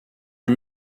eut